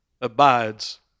abides